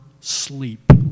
sleep